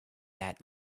that